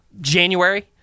january